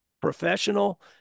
Professional